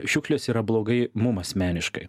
šiukšlės yra blogai mum asmeniškai